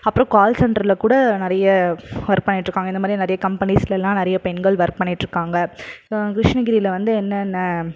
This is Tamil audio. அப்புறம் கால் சென்டரில் கூட நிறைய ஒர்க் பண்ணிட்டுருக்காங்க இந்த மாதிரி நிறைய கம்பெனிஸ்லலாம் நிறைய பெண்கள் ஒர்க் பண்ணிட்டுருக்காங்க கிருஷ்ணகிரியில் வந்து என்னென்ன